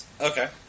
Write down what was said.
Okay